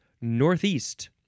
Northeast